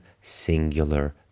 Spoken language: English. singular